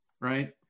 right